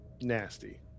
nasty